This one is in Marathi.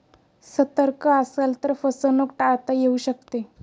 सतर्क असाल तर फसवणूक टाळता येऊ शकते